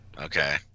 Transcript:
Okay